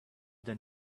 than